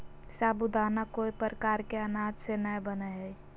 साबूदाना कोय प्रकार के अनाज से नय बनय हइ